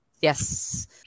Yes